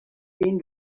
been